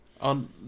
on